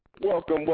welcome